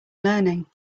learning